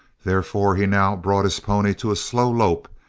therefore he now brought his pony to a slow lope,